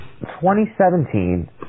2017